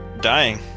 dying